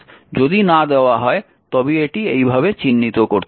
যদি না দেওয়া হয় তবে এটি এই ভাবে চিহ্নিত করতে হবে